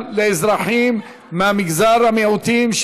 גם לאזרחים ממגזר המיעוטים,